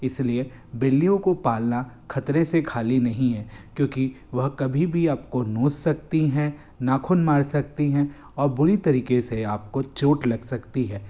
इसलिए बिल्लियों को पालना खतरे से खाली नहीं है क्योंकि वह कभी भी आपको नोच सकती हैं नाखून मार सकती हैं और बुरी तरीके से आपको चोट लग सकती है